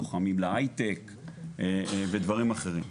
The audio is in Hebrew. לוחמים להייטק ודברים אחרים.